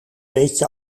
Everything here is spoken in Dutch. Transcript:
weetje